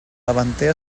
davanter